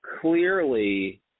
clearly